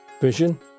vision